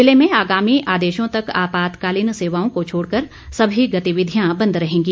जिले में आगामी आदेशों तक आपातकालीन सेवाओं को छोड़कर सभी गतिविधियां बंद रहेंगी